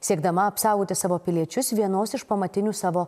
siekdama apsaugoti savo piliečius vienos iš pamatinių savo